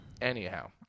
Anyhow